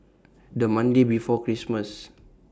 The Monday before Christmas